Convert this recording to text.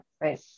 right